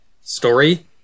story